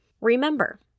Remember